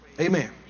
Amen